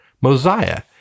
Mosiah